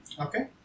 Okay